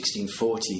1640